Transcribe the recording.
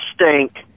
stink